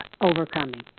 Overcoming